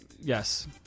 yes